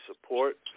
Support